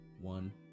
one